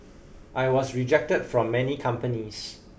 I was rejected from many companies